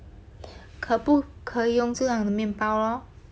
可不可用这样的面包 lor